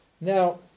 Now